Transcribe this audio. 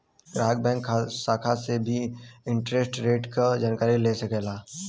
ग्राहक बैंक शाखा से भी इंटरेस्ट रेट क जानकारी ले सकलन